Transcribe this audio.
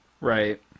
Right